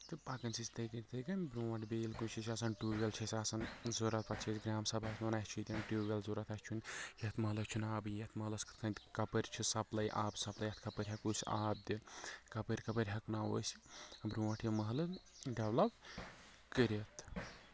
تہٕ پَکان چھِ أسۍ تِتھَے کَنۍ تِتھَے کَنۍ برٛونٛٹھ بیٚیہِ ییٚلہِ کُنہِ جاے چھِ آسان ٹیوٗ وٮ۪ل چھُ اَسہِ آسان ضوٚرَتھ پَتہٕ چھِ أسۍ گرٛام سَبھاہَس وَنان اَسہِ چھُ ییٚتٮ۪ن ٹیوٗ وٮ۪ل ضوٚرَتھ اَسہِ چھُنہٕ یَتھ محلَس چھُنہٕ آبٕے یَتھ محلَس کِتھ کَنۍ کَپٲرۍ چھِ سَپلَے آبہٕ سَپلَے یَتھ کَپٲرۍ ہٮ۪کو أسۍ آب دِتھ کَپٲرۍ کَپٲرۍ ہٮ۪کہٕ ناوو أسۍ برٛونٛٹھ یہِ محلہٕ ڈٮ۪ولَپ کٔرِتھ